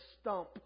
stump